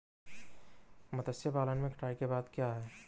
मत्स्य पालन में कटाई के बाद क्या है?